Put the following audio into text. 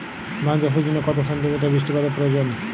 ধান চাষের জন্য কত সেন্টিমিটার বৃষ্টিপাতের প্রয়োজন?